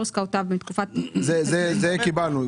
עסקאותיו בתקופת" --- זה קיבלנו.